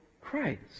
Christ